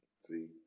see